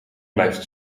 blijft